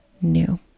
new